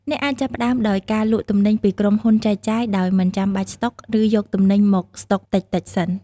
អ្នកអាចចាប់ផ្តើមដោយការលក់ទំនិញពីក្រុមហ៊ុនចែកចាយដោយមិនចាំបាច់ស្តុក ឬយកទំនិញមកស្តុកតិចៗសិន។